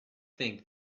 think